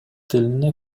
тилине